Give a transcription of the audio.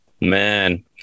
Man